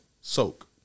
Soak